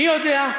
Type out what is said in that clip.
מי יודע,